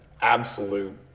absolute